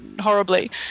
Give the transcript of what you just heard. horribly